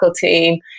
team